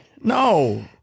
No